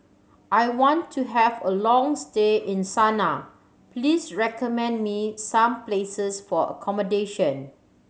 I want to have a long stay in Sanaa please recommend me some places for accommodation